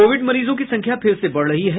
Covid मरीजों की संख्या फिर से बढ़ रही है